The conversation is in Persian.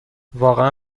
واقعا